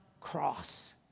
cross